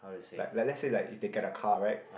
like like let's like is they get a car right